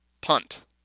Punt